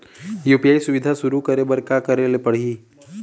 UPI सुविधा शुरू करे बर का करे ले पड़ही?